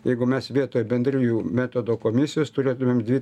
jeigu mes vietoj bendrijų metodo komisijos turėtumėm dvi